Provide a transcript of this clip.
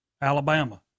Alabama